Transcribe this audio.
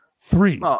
Three